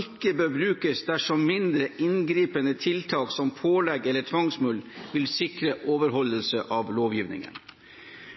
ikke bør brukes dersom mindre inngripende tiltak som pålegg eller tvangsmulkt vil sikre overholdelse av lovgivningen.